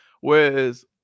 Whereas